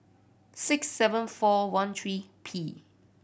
six seven four one three P